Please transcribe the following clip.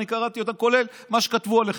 אני קראתי אותם, כולל מה שכתבו עליכם,